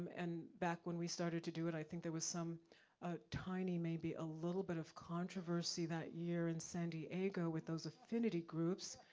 and back when we started to do it, i think there was some ah tiny, maybe a little bit of controversy that year in san diego with those affinity groups,